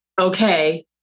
okay